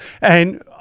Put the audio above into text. And-